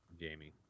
Jamie